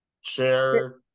share